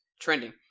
trending